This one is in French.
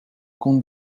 compte